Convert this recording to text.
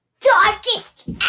darkest